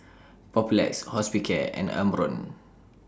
Papulex Hospicare and Omron